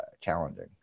challenging